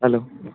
hello